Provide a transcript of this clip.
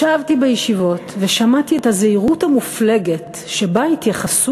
ישבתי בישיבות ושמעתי את הזהירות המופלגת שבה התייחסו